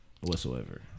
whatsoever